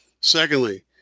Secondly